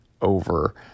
over